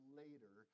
later